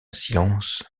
silence